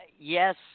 Yes